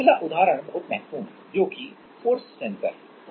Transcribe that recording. अगला उदाहरण बहुत महत्वपूर्ण है जो कि फोर्स सेंसर है